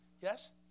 Yes